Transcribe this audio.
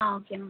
ah okay ma'am